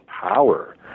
power